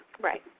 right